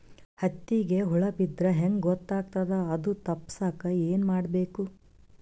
ಹತ್ತಿಗ ಹುಳ ಬಿದ್ದ್ರಾ ಹೆಂಗ್ ಗೊತ್ತಾಗ್ತದ ಅದು ತಪ್ಪಸಕ್ಕ್ ಏನ್ ಮಾಡಬೇಕು?